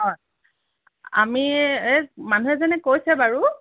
অঁ আমি এই মানুহ এজনে কৈছে বাৰু